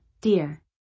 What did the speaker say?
dear